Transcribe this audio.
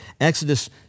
Exodus